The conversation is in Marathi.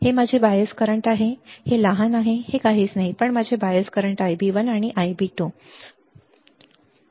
हे माझे बायस करंट आहे हे हे लहान आहेत हे काहीच नाहीत पण माझे बायस करंट Ib1 आणि Ib2 तुम्हाला मिळाले ते तुम्हाला सोपे झाले